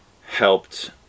helped